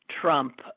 Trump